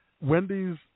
Wendy's